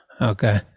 okay